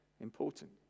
important